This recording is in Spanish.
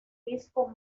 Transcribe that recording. disco